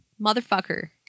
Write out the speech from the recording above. Motherfucker